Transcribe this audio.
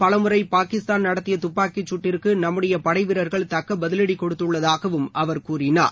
மேலும் பாகிஸ்தானின் தப்பாக்கி குட்டிற்கு நம்முடைய படை வீரர்கள் தக்க பதிலடி கொடுத்துள்ளதாகவும் அவர் கூறினார்